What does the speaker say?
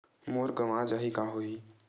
मोर गंवा जाहि का होही?